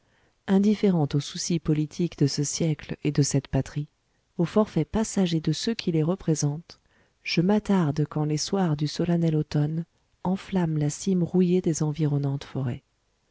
indifférent aux soucis politiques de ce siècle et de cette patrie aux forfaits passagers de ceux qui les représentent je m'attarde quand les soirs du solennel automne enflamment la cime rouillée des environnantes forêts